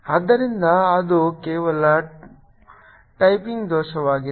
ಆದ್ದರಿಂದ ಅದು ಕೇವಲ ಟೈಪಿಂಗ್ ದೋಷವಾಗಿದೆ